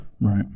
Right